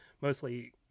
mostly